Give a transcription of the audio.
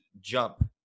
jump